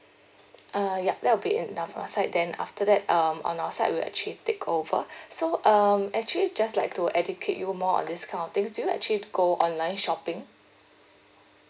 err yup that will be enough for our side then after that um on our side we'll actually take over so um actually just like to educate you more on this kind of things do you actually go online shopping